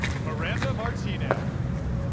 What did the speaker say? miranda martinez.